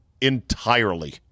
entirely